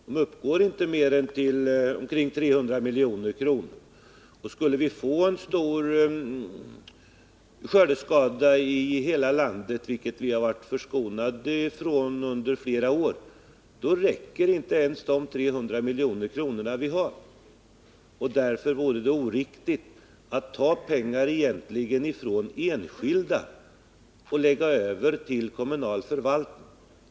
De uppgår inte till mer än omkring 300 milj.kr. Skulle vi få en stor skördeskada i hela landet — vilket vi har varit förskonade från under flera år — räcker inte ens de 300 milj.kr. som vi har. Därför vore det oriktigt att ta pengar från enskilda och lägga över dem till kommunal förvaltning.